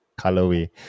colorway